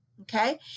Okay